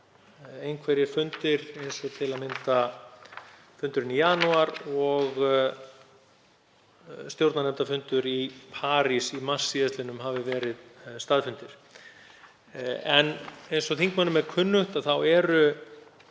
einhverjir fundir, til að mynda fundurinn í janúar og stjórnarnefndarfundur í París í mars, hafi verið staðfundir. Eins og þingmönnum er kunnugt snýst